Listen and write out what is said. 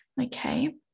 okay